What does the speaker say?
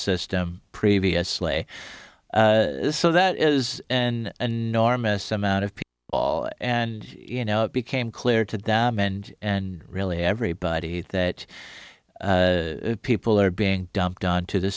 system previously so that is an enormous amount of people and you know it became clear to them end and really everybody that people are being dumped onto the